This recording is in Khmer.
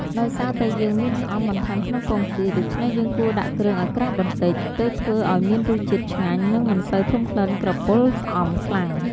ដោយសារតែយើងមានស្អំបន្ថែមក្នុងពងទា ដូច្នេះយើងគួរដាក់គ្រឿងឱ្យក្រាស់បន្តិច ទើបធ្វើឱ្យមានរសជាតិឆ្ងាញ់ និងមិនសូវធំក្លិនក្រពុលស្អំខ្លាំង។